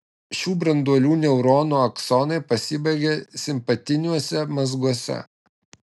šių branduolių neuronų aksonai pasibaigia simpatiniuose mazguose